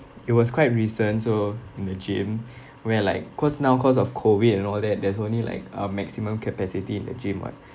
it was quite recent so in the gym where like cause now cause of COVID and all that there's only like a maximum capacity in the gym [what]